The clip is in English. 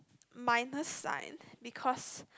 minus sign because